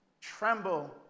tremble